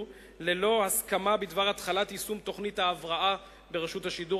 ללא הסכמה בדבר התחלת יישום תוכנית ההבראה ברשות השידור,